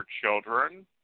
children